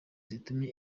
zatumye